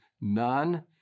none